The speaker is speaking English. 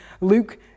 Luke